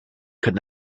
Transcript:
could